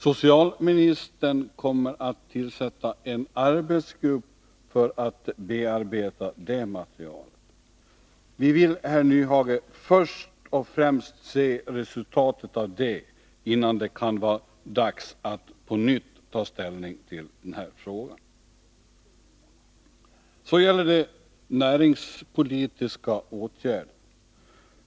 Socialministern kommer att tillsätta en arbetsgrupp för att bearbeta det materialet. Vi vill, herr Nyhage, först se resultatet av det arbetet, innan det kan vara dags att på nytt ta ställning till denna fråga. Så gäller det näringspolitiska åtgärder.